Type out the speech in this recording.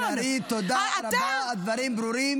חברת הכנסת מירב בן ארי, תודה רבה, הדברים ברורים.